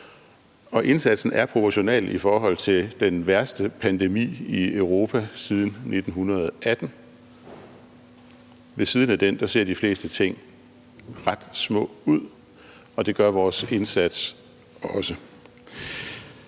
Og indsatsen er proportional i forhold til den værste pandemi i Europa siden 1918. Ved siden af den ser de fleste ting ret små ud, og det gør vores indsats også.